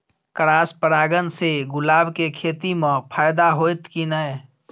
Cross परागण से गुलाब के खेती म फायदा होयत की नय?